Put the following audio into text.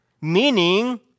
Meaning